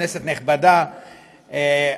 כנסת נכבדה,